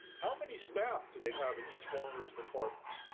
how many staff do they have in each one of those departments,